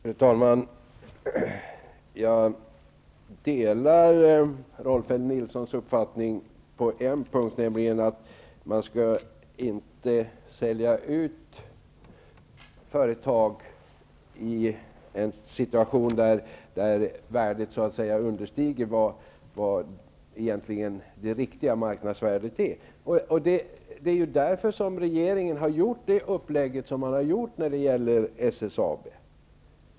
Fru talman! Jag delar Rolf L Nilsons uppfattning på en punkt, nämligen att man inte skall sälja ut företag i en situation då värdet understiger det riktiga marknadsvärdet. Därför har regeringen gjort ett sådant upplägg som den har gjort när det gäller SSAB.